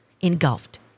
engulfed